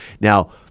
Now